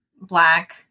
black